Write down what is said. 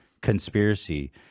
conspiracy